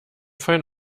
fein